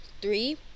three